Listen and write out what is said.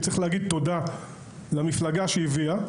צריך להגיד תודה למפלגה שהביאה,